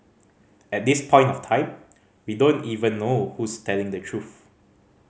at this point of time we don't even know who's telling the truth